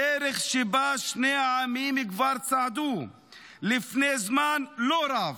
דרך שבה שני העמים כבר צעדו לפני זמן לא רב,